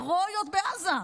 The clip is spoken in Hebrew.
הירואיות בעזה,